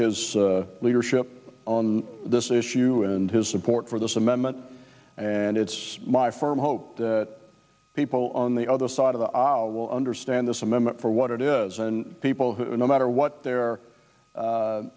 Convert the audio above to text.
s leadership on this issue and his support for this amendment and it's my firm hope that people on the other side of the aisle will understand this amendment for what it is and people who no matter what their